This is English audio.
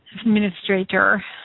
administrator